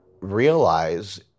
realize